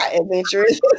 adventurous